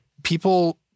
people